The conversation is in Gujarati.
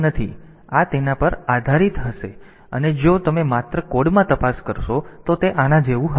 તેથી આ તેના પર આધારિત હશે અને જો તમે માત્ર કોડમાં તપાસ કરશો તો તે આના જેવું હશે